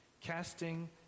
casting